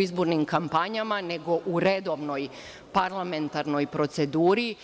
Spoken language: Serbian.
izbornim kampanjama, nego u redovnoj parlamentarnoj proceduri.